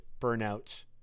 burnout